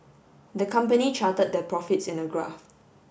the company charted their profits in a graph